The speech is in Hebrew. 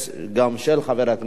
גם היא של חבר הכנסת בן-ארי,